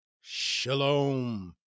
Shalom